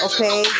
Okay